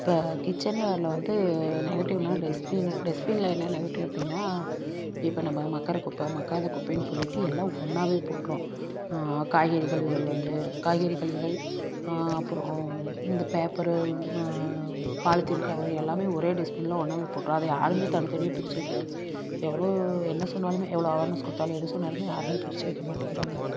இப்போ கிச்சன்வேரில் வந்து நெகட்டிவ்னா டஸ்பின்னு டஸ்ட்பின்ல என்ன நெகட்டிவ் அப்படின்னா இப்போ நம்ம மட்குற குப்பை மட்காத குப்பைன்னு சொல்லிவிட்டு எல்லாம் ஒன்னாகவே போட்டுடுவோம் காய்கறி கழிவுகள் வந்து காய்கறி கழிவுகள் அப்புறம் இந்த பேப்பரு பாலித்தீன் கவரு எல்லாம் ஒரே டஸ்ட்பின்ல ஒன்னாகவே போட்டுடுவோம் அதை யாரும் தனித்தனியாக பிரித்து வைக்கிறது எவ்வளோ என்ன சொன்னாலும் எவ்வளோ அவார்னஸ் கொடுத்தாலும் எது சொன்னாலும் யாரும் பிரித்து வைக்க மாட்டேங்கிறாங்க